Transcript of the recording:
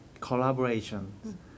collaboration